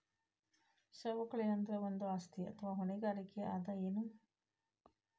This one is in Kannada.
ಸವಕಳಿ ಅಂದ್ರ ಒಂದು ಆಸ್ತಿ ಅಥವಾ ಹೊಣೆಗಾರಿಕೆ ಅದ ಎನು?